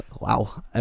Wow